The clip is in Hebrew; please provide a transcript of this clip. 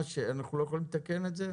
ואנחנו לא יכולים לתקן את זה?